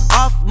off